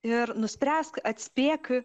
ir nuspręsk atspėk